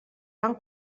van